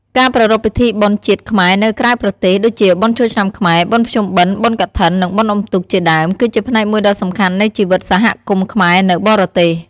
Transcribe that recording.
ការប្រារព្ធពិធីបុណ្យជាតិខ្មែរនៅក្រៅប្រទេស ដូចជាបុណ្យចូលឆ្នាំខ្មែរ បុណ្យភ្ជុំបិណ្ឌ បុណ្យកឋិន និងបុណ្យអុំទូក ជាដើម គឺជាផ្នែកមួយដ៏សំខាន់នៃជីវិតសហគមន៍ខ្មែរនៅបរទេស។